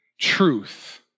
truth